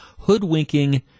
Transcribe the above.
Hoodwinking